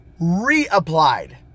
reapplied